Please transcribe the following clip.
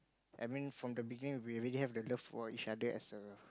I mean from the beginning we already have the love for each other as a